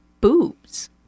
boobs